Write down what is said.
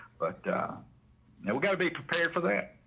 but we got to be prepared for that.